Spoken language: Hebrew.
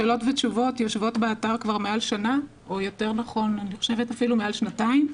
השאלות והתשובות יושבות באתר כבר מעל שנה או אפילו מעל שנתיים.